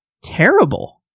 terrible